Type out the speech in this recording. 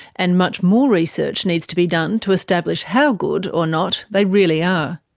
and much more research needs to be done to establish how good or not they really are.